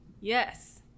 Yes